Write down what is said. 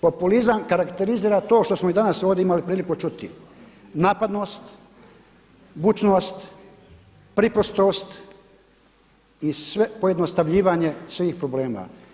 Populizam karakterizira to što smo i danas ovdje imali priliku čuti napadnost, bučnost, priprostost i sve pojednostavljivanje svih problema.